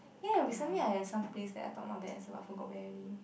ya recently I I've some place that I thought not bad as well I forgot where already